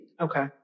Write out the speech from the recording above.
Okay